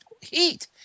heat